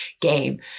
game